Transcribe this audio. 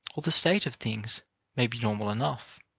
or the state of things may be normal enough,